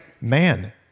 man